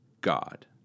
God